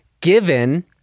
given